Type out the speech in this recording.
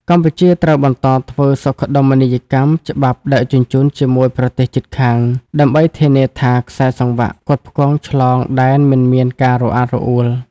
កម្ពុជាត្រូវបន្តធ្វើសុខដុមនីយកម្មច្បាប់ដឹកជញ្ជូនជាមួយប្រទេសជិតខាង ដើម្បីធានាថាខ្សែសង្វាក់ផ្គត់ផ្គង់ឆ្លងដែនមិនមានការរអាក់រអួល។